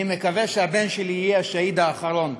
אני מקווה שהבן שלי יהיה השאהיד האחרון.